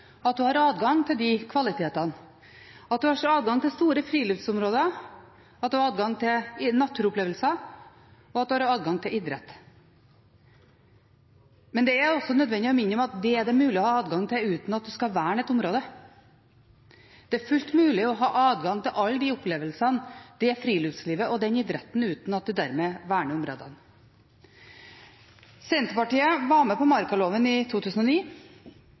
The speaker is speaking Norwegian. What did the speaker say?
at en har adgang til de kvalitetene, at en har adgang til store friluftsområder, at en har adgang til naturopplevelser, og at en har adgang til idrett. Men det er også nødvendig å minne om at det er det mulig å ha adgang til, uten at en skal verne et område. Det er fullt mulig å ha adgang til alle de opplevelsene, det friluftslivet og den idretten, uten at en verner områdene. Senterpartiet var med på markaloven i 2009.